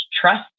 trust